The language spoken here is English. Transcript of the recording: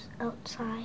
outside